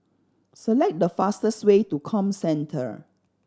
select the fastest way to Comcentre